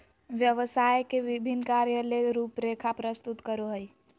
व्यवसाय के विभिन्न कार्य ले रूपरेखा प्रस्तुत करो हइ